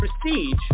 prestige